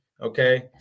okay